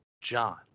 John